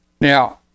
Now